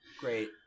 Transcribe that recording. Great